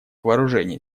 вооружений